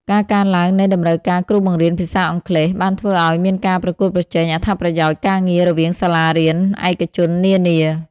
ការកើនឡើងនៃតម្រូវការគ្រូបង្រៀនភាសាអង់គ្លេស បានធ្វើឱ្យមានការប្រកួតប្រជែងអត្ថប្រយោជន៍ការងាររវាងសាលារៀនឯកជននានា។